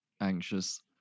anxious